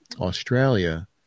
australia